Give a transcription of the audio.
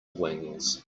wings